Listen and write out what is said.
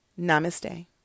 namaste